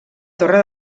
torre